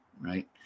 right